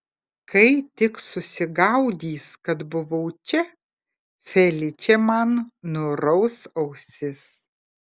kai tik susigaudys kad buvau čia feličė man nuraus ausis